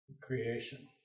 creation